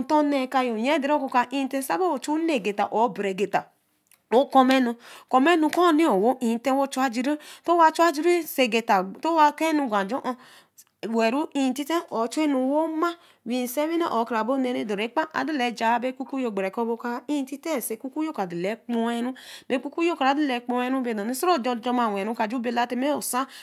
nto ni kayo oya dene oka intite sa be ochu nne agita or obere gitae we kuumenū-oh we intite we chu ajuri nte wa chu ajuri so agita nto wa kenu ɛnu gwe ajo-on we intite or we ma-wii nsa-winee or kraboo oneh re dore ɛkpa a dala ɛjaa bo ɛkuku-oh agbere kɔ̄ bo ka intite so ɛkuku-oh kra dala ɛkpo-ru we si re jojomawe-e kraju bela tema osa.